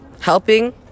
helping